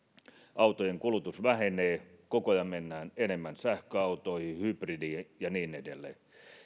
autojen kulutus vähenee koko ajan mennään enemmän sähköautoihin hybridiin ja niin edelleen